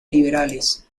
liberales